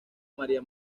maría